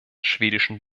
schwedischen